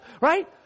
right